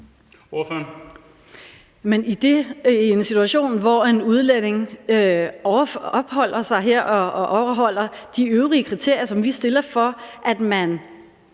I en situation, hvor en udlænding opholder sig her og overholder de øvrige kriterier, som vi stiller, for det,